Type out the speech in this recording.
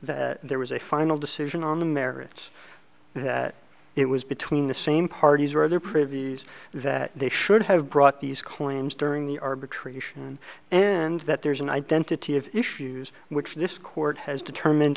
that there was a final decision on the merits that it was between the same parties where there privies that they should have brought these claims during the arbitration and that there's an identity of issues which this court has determined